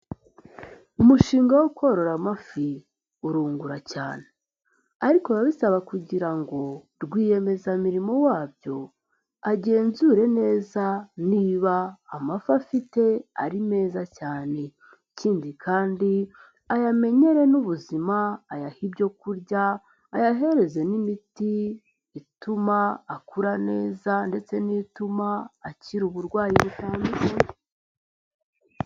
Umushinga wo korora amafi urungura cyane, ariko biba bisaba kugira ngo rwiyemezamirimo wabyo agenzure neza niba amafi afite ari meza cyane, ikindi kandi ayamenyere n'ubuzima ayahe ibyo ku kurya, ayahereze n'imiti ituma akura neza ndetse n'ituma akira uburwayi butandukanye.